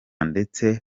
ndetse